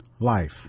life